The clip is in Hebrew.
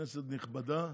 כנסת נכבדה,